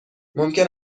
ممکن